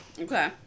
Okay